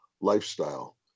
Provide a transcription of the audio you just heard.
lifestyle